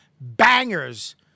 bangers